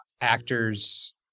actors